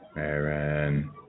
Aaron